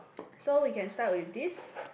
so we can start with this